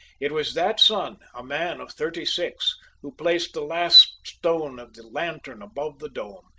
it was that son, a man of thirty-six, who placed the last stone of the lantern above the dome,